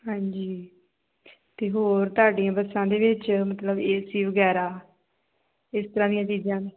ਹਾਂਜੀ ਅਤੇ ਹੋਰ ਤੁਹਾਡੀਆਂ ਬੱਸਾਂ ਦੇ ਵਿੱਚ ਮਤਲਬ ਏ ਸੀ ਵਗੈਰਾ ਇਸ ਤਰ੍ਹਾਂ ਦੀਆਂ ਚੀਜ਼ਾਂ